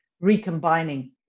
recombining